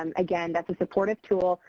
um again, that's a supportive tool.